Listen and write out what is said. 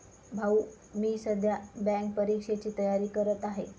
भाऊ मी सध्या बँक परीक्षेची तयारी करत आहे